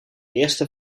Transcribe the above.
eerste